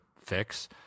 fix